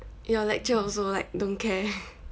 your lecturer also like don't care